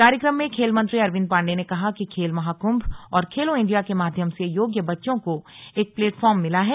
कार्यक्रम में खेल मंत्री अरविन्द पाण्डेय ने कहा कि खेल महाकुम्भ और खेलो इंडिया के माध्यम से योग्य बच्चों को एक प्लेटफार्म मिला है